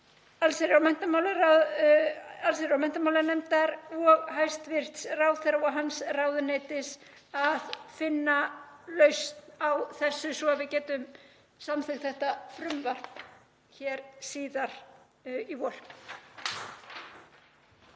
allsherjar- og menntamálanefndar og hæstv. ráðherra og hans ráðuneytis að finna lausn á þessu svo að við getum samþykkt þetta frumvarp hér síðar í vor.